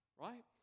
right